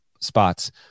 spots